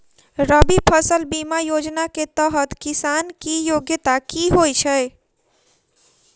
रबी फसल बीमा योजना केँ तहत किसान की योग्यता की होइ छै?